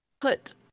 put